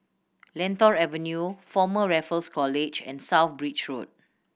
Lentor Avenue Former Raffles College and South Bridge Road